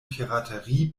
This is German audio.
piraterie